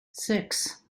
six